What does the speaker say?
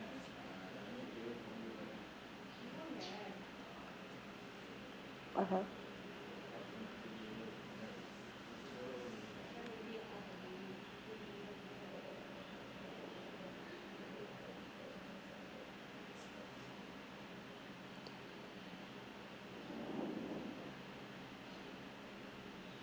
(uh huh)